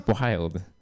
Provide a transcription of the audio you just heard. wild